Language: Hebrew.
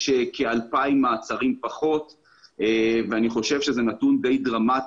יש כ-2,000 מעצרים פחות ואני חושב שזה נתון די דרמטי.